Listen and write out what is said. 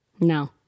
No